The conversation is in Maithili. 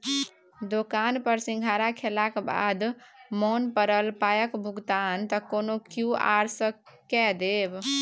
दोकान पर सिंघाड़ा खेलाक बाद मोन पड़ल पायक भुगतान त कोनो क्यु.आर सँ कए देब